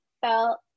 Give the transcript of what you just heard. felt